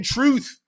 Truth